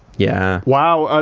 yeah. wow,